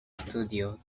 studio